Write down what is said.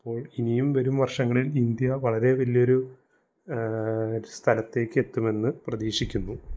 അപ്പോൾ ഇനിയും വരും വർഷങ്ങളിൽ ഇന്ത്യ വളരെ വലിയൊരു സ്ഥലത്തേക്കെത്തുമെന്നു പ്രതീക്ഷിക്കുന്നു